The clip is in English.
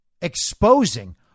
exposing